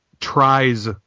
tries